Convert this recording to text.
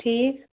ٹھیٖک